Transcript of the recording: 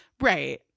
Right